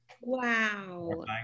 Wow